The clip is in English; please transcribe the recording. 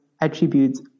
attributes